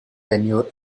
tenure